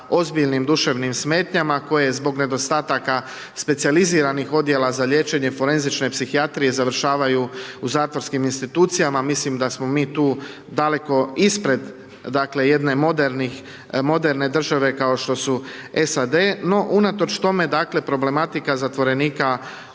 ozbiljnim duševnim smetnjama koje zbog nedostataka specijaliziranih odjela za liječenje forenzične psihijatrije završavaju u zatvorskim institucijama. Mislim da smo mi tu daleko ispred, dakle, jedne moderne države kao što su SAD. No, unatoč tome, dakle, problematika zatvorenika o